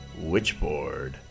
Witchboard